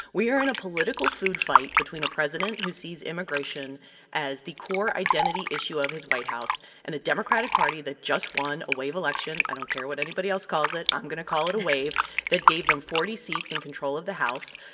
we are in a political food fight between a president who sees immigration as the core identity issue of his white house and a democratic party that just won a wave election i don't care what anybody else calls it, i'm going to call it a wave that gave them forty seats and control of the house,